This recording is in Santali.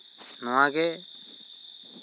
ᱱᱚᱶᱟ ᱜᱮ